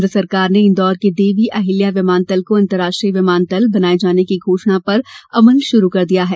केन्द्र सरकार ने इंदौर के देवी अहिल्या विमानतल को अंतर्राष्ट्रीय विमानतल बनाये जाने की घोषणा पर अमल शुरू कर दिया है